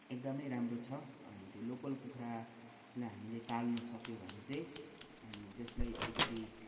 एकदमै राम्रो छ अनि त्यो लोकल कुखुरालाई हामीले पाल्नुसक्यो भने चाहिँ अनि त्यसलाई अलिकति